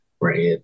right